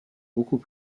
beaucoup